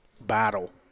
battle